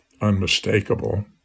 unmistakable